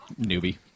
Newbie